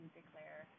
declare